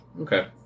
Okay